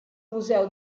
museo